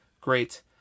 Great